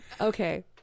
Okay